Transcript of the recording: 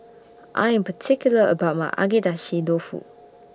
I Am particular about My Agedashi Dofu